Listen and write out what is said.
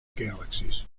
galaxies